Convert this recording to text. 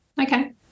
Okay